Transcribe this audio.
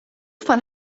van